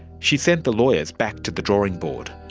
she sent the lawyers back to the drawing board.